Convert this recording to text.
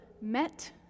met